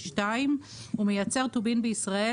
הוא מייצר טובין בישראל,